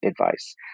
advice